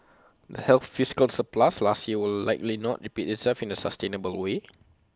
the healthy fiscal surplus last year will likely not repeat itself in A sustainable way